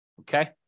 Okay